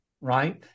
right